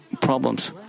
problems